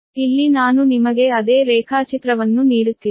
ಆದ್ದರಿಂದ ಇಲ್ಲಿ ನಾನು ನಿಮಗೆ ಅದೇ ರೇಖಾಚಿತ್ರವನ್ನು ನೀಡುತ್ತಿಲ್ಲ